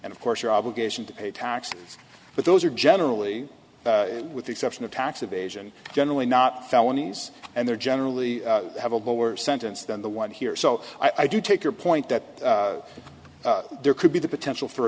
and of course your obligation to pay taxes but those are generally with the exception of tax evasion generally not felonies and they're generally have a lower sentence than the one here so i do take your point that there could be the potential for